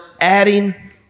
adding